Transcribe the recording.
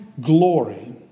glory